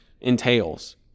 entails